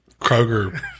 Kroger